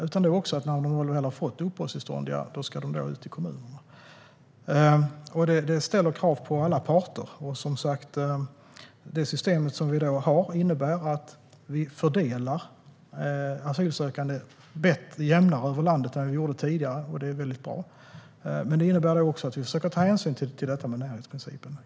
När de asylsökande väl har fått uppehållstillstånd ska de också ut i kommunerna. Det ställer krav på alla parter. Systemet vi har innebär som sagt att vi fördelar asylsökande jämnare över landet än tidigare. Det är väldigt bra. Men det innebär också att vi försöker ta hänsyn till närhetsprincipen.